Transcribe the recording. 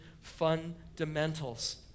fundamentals